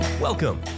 Welcome